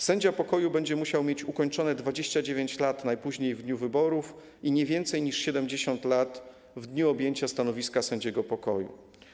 Sędzia pokoju będzie musiał mieć ukończone 29 lat najpóźniej w dniu wyborów i mieć nie więcej niż 70 lat w dniu objęcia stanowiska sędziego pokoju.